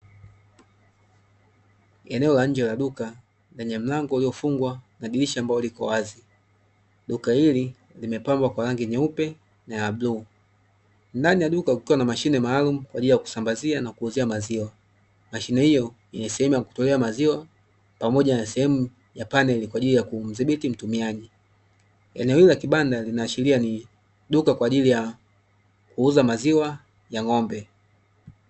Eneo la nje la duka lenye mlango uliofungwa na dirisha ambalo liko wazi. Duka hili limepambwa kwa rangi nyeupe na ya bluu, ndani ya duka kukiwa na mashine maalumu kwa ajili ya kusambazia na kuuzia maziwa. Mashine hiyo yenye sehemu ya kutolea maziwa pamoja na sehemu ya paneli kwa ajili ya kumdhibiti mtumiaji. Eneo hili la kibanda linaashiria ni duka kwa ajili ya kuuza maziwa ya ng'ombe.